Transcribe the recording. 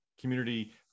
community